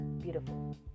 beautiful